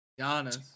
Giannis